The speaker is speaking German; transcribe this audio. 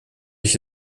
ich